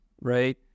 right